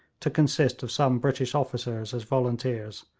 to consist of some british officers as volunteers,